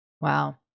Wow